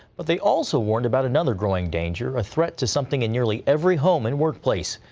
but they also warned about another growing danger, a threat to something in nearly every home and workplace.